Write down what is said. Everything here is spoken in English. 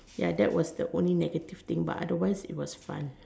ya that was the only negative thing but otherwise it was fun